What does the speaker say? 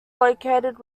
located